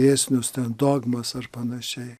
dėsnius dogmas ar panašiai